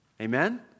Amen